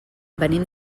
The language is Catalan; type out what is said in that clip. venim